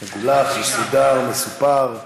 מגולח, מסודר, מסופר.